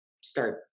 start